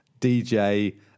DJ